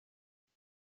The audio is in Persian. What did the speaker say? کنید